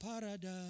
paradise